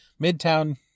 Midtown